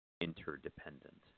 Interdependent